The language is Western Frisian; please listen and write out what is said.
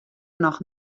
noch